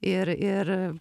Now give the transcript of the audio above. ir ir